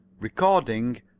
Recording